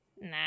Nah